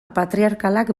patriarkalak